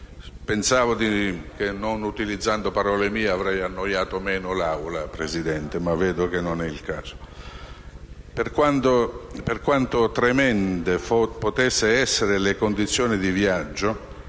pensavo che non utilizzando parole mie, avrei annoiato di meno l'Assemblea, ma vedo che non è così. Per quanto tremende potessero essere le condizioni di viaggio,